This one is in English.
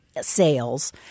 sales